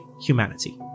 humanity